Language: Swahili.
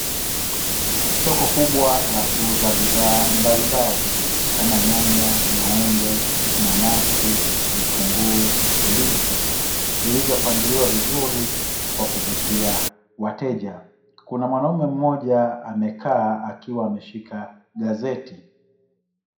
Soko kubwa la kuuza bidhaa mbalimbali kama nyanya, maembe, nanasi, vitunguu, ndizi; vilivyopangiliwa vizuri kwa kuvutia wateja. Kuna mwanaume mmoja amekaa akiwa ameshika gazeti.